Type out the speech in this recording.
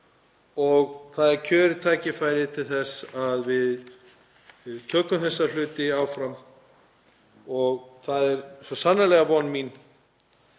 og það er kjörið tækifæri til þess að við tökum þessa hluti áfram. Það er svo sannarlega von mín